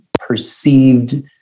perceived